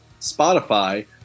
Spotify